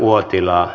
puhemies